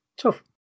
tough